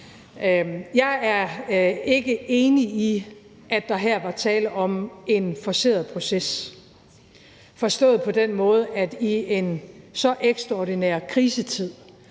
Jeg er ikke enig i, at der her var tale om en forceret proces, forstået på den måde, at i en så ekstraordinær krisetid